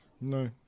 No